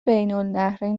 بینالنهرین